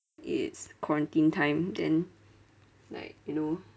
it's quarantine time then like you know